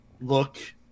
look